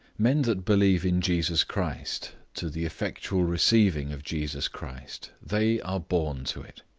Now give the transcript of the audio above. men that believe in jesus christ to the effectual receiving of jesus christ, they are born to it.